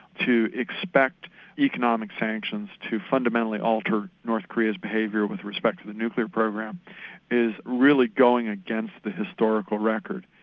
to expect economic sanctions to fundamentally alter north korea's behaviour with respect to the nuclear program is really going against the historical record.